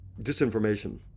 disinformation